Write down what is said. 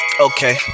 Okay